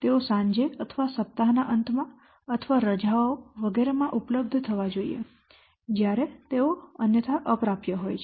તેઓ સાંજે અથવા સપ્તાહના અંતમાં અથવા રજાઓ વગેરેમાં ઉપલબ્ધ થવા જોઈએ જ્યારે તેઓ અન્યથા અપ્રાપ્ય હોય છે